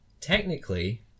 technically